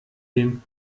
dem